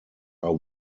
are